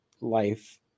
life